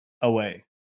Away